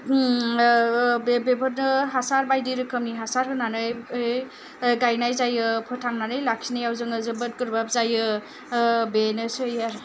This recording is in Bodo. बेफोरनो हासार बायदि रोखोमनि हासार होनानै गायनाय जायो फोथांनानै लाखिनायाव जोङो जोबोद गोब्राब जायो बेनोसै आरो